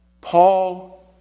Paul